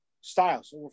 styles